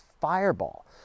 fireball